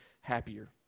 happier